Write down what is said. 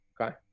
Okay